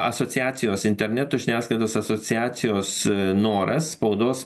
asociacijos interneto žiniasklaidos asociacijos noras spaudos